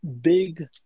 big